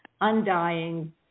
undying